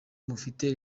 mufite